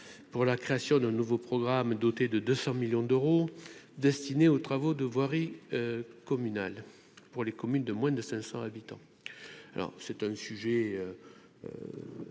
pour la création d'un nouveau programme, doté de 200 millions d'euros destinés aux travaux de voirie communale pour les communes de moins de 500 habitants, alors c'est un sujet